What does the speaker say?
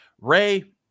Ray